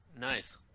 Nice